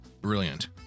brilliant